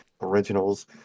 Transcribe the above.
originals